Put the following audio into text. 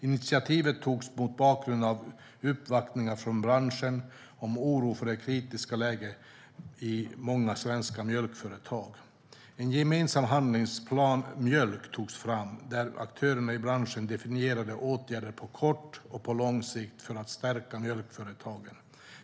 Initiativet togs mot bakgrund av uppvaktningar från branschen om oro för det kritiska läget i många svenska mjölkföretag. Det togs fram en gemensam handlingsplan för mjölk, där aktörerna i branschen definierade åtgärder för att stärka mjölkföretagen på kort och på lång sikt.